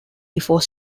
before